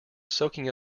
soaking